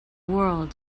world